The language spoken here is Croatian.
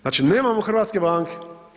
Znači, nemamo hrvatske banke.